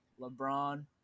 LeBron